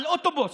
על אוטובוס.